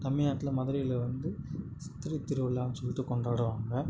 தமிழ்நாட்ல மதுரையில் வந்து சித்திரை திருவிழானு சொல்லிட்டு கொண்டாடுவாங்க